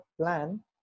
plan